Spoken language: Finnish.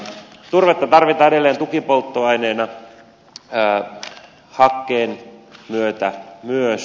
turvetta tarvitaan edelleen tukipolttoaineena hakkeen myötä myös